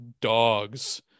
dogs